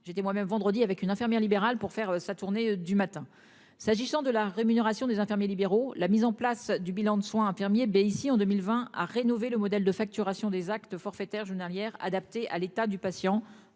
été moi-même vendredi avec une infirmière libérale pour faire sa tournée du matin s'agissant de la rémunération des infirmiers libéraux, la mise en place du bilan de soins infirmiers bé ici en 2020 à rénover le modèle de facturation des actes forfaitaire journalière adaptée à l'état du patient